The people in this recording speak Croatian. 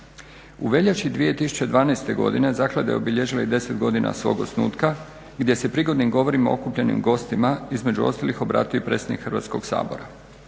U veljači 2012.godine zaklada je obilježila i 10 godina svog osnutka gdje se prigodnim govorima okupljenim gostima između ostalog obratio i predsjednik Hrvatskog sabora.